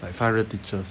like five hundred teachers